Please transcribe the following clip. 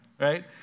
right